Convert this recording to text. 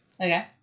Okay